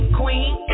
queen